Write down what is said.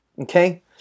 Okay